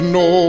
no